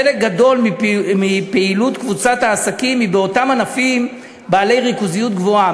חלק גדול מפעילות קבוצת העסקים היא באותם ענפים בעלי ריכוזיות גבוהה.